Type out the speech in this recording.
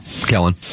Kellen